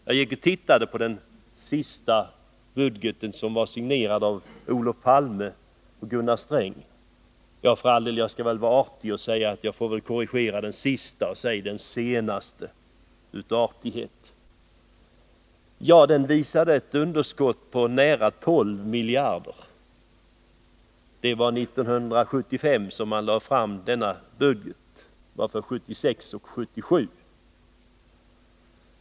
Jag gick och tittade på den sista budget som var signerad av Olof Palme och Gunnar Sträng. Ja, för all del, jag får väl vara artig och korrigera ”den sista” till ”den senaste”. Den budgeten visade ett underskott på nära 12 miljarder. Det var 1975 som man lade fram den budgeten, som gällde 1976 och 1977.